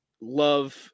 love